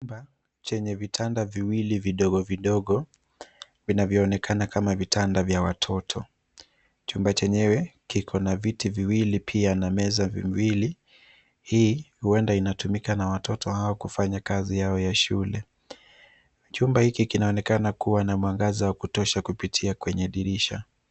Chumba chenye vitanda viwili vidogo vidogo vinavyoonekana kama vitanda vya watoto. Chumba chenyewe kiko na viti viwili pia na meza viwili. Hii huenda inatumika na watoto hao kufanya kazi yao ya shule. Chumba hiki kinaonekana kuwa na mwangaza wa kutosha kupitia kwenye dirisha.